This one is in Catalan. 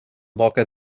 boca